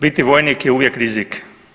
Biti vojnik je uvijek rizik.